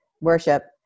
worship